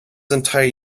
entire